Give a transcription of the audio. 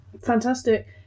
Fantastic